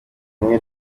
bamwe